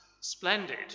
splendid